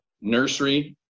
nursery